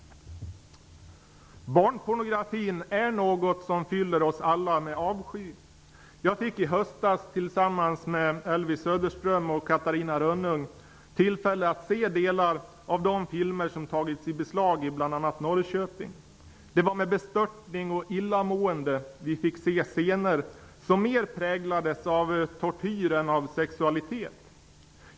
Barnpornografin är något som fyller oss alla med avsky. Jag fick i höstas tillsammans med Elvy Söderström och Catarina Rönnung tillfälle att se delar av de filmer som tagits i beslag i bl.a. Norrköping. Det var med bestörtning och illamående vi fick se scener som mer präglades av tortyr än av sexualitet.